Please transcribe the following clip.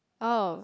oh